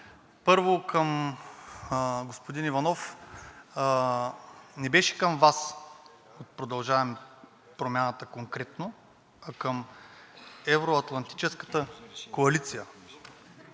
Първо, към господин Иванов – не беше към Вас от „Продължаваме Промяната“ конкретно, а към евроатлантическата коалиция.